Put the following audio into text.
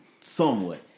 somewhat